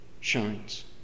shines